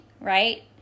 right